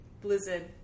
Blizzard